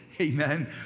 Amen